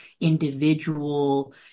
individual